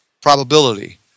probability